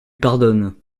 pardonne